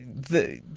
the.